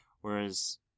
whereas